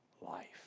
life